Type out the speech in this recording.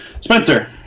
Spencer